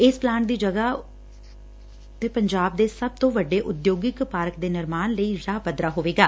ਇਸ ਪੱਲਾਂਟ ਦੀ ਜਗਾ ਉਦੇ ਪੰਜਾਬ ਦੇ ਸਭ ਤੋਂ ਵੱਡੇ ਉਦਯੋਗਿਕ ਪਾਰਕ ਦੇ ਨਿਰਮਾਣ ਲਈ ਰਾਹ ਪੱਧਰਾ ਹੋਵੇਗਾ